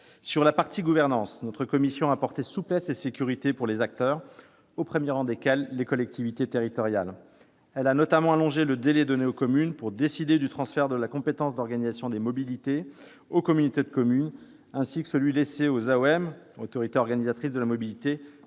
En matière de gouvernance, notre commission a apporté souplesse et sécurité pour les acteurs, au premier rang desquels les collectivités territoriales. Elle a notamment allongé le délai accordé aux communes pour décider du transfert de la compétence d'organisation des mobilités aux communautés de communes, ainsi que celui dont disposent les autorités organisatrices de la mobilité